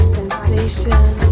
Sensation